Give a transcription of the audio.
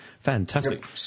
Fantastic